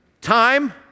time